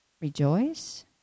Rejoice